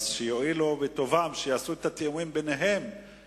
אז שיואילו בטובם לעשות את התיאומים ביניהם,